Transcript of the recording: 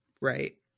Right